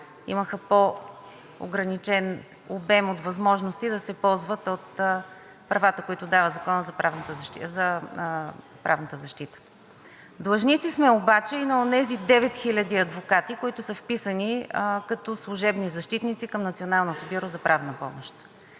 имаха по-ограничен обем от възможности да се ползват от правата, които дава Законът за правната защита. Длъжници сме обаче и на онези девет хиляди адвокати, които са вписани като служебни защитници към Националното бюро за правна помощ.